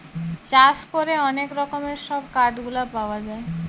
চাষ করে অনেক রকমের সব কাঠ গুলা পাওয়া যায়